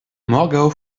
morgaŭ